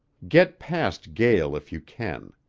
get past gael if you can.